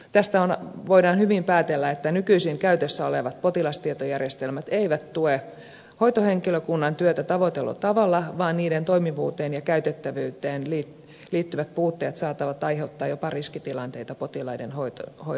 tästä voidaan hyvin päätellä että nykyisin käytössä olevat potilastietojärjestelmät eivät tue hoitohenkilökunnan työtä tavoitellulla tavalla vaan niiden toimivuuteen ja käytettävyyteen liittyvät puutteet saattavat aiheuttaa jopa riskitilanteita potilaiden hoidossa